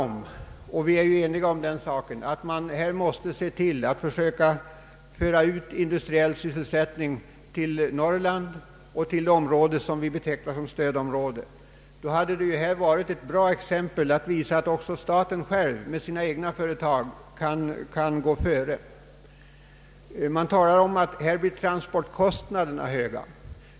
Vi är eniga om att man måste se till att föra ut industriell sysselsättning till Norrland och till det område vi betecknar som stödområde. Myntverket hade varit ett bra exempel för att visa att också staten själv kan gå före med sina egna företag. Det talas om att transportkostnaderna blir höga.